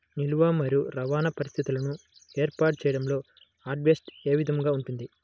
నిల్వ మరియు రవాణా పరిస్థితులను ఏర్పాటు చేయడంలో హార్వెస్ట్ ఏ విధముగా ఉంటుంది?